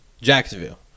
Jacksonville